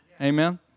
Amen